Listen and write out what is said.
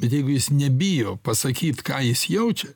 bet jeigu jis nebijo pasakyt ką jis jaučia